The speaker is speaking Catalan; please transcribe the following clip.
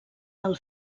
del